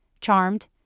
Charmed